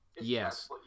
Yes